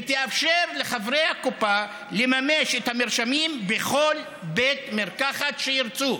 שיאפשר לחברי הקופה לממש את המרשמים בכל בית מרקחת שירצו.